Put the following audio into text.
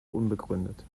unbegründet